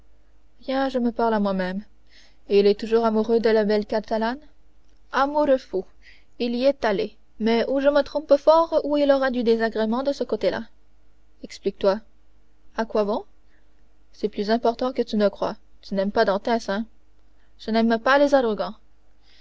je me parle à moi-même et il est toujours amoureux de la belle catalane amoureux fou il y est allé mais ou je me trompe fort ou il aura du désagrément de ce côté-là explique-toi à quoi bon c'est plus important que tu ne crois tu n'aimes pas dantès hein je n'aime pas les arrogants